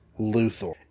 Luthor